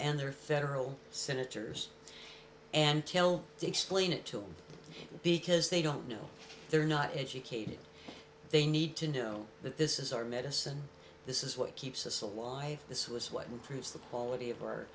and their federal senators and tell to explain it to him because they don't know they're not educated they need to know that this is our medicine this is what keeps us alive this was what improves the quality of our